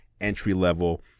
entry-level